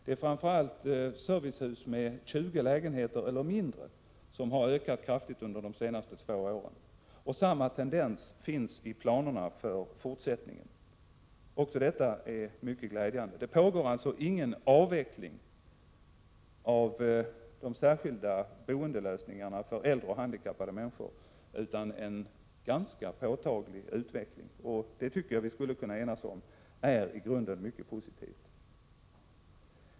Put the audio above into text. Det är framför allt servicehus med 20 lägenheter eller mindre som har ökat kraftigt under de senaste två åren. Samma tendens finns i planerna för den fortsatta utbyggnaden. Även detta är mycket glädjande. Det pågår alltså ingen avveckling av de särskilda boendelösningarna för äldre och handikappade människor, utan en ganska påtaglig utveckling. Det tycker jag att vi skulle enas om är i grunden mycket positivt.